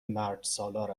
مردسالار